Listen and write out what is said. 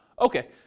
okay